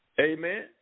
Amen